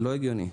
לא הגיוני.